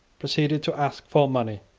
proceeded to ask for money.